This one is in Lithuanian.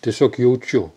tiesiog jaučiu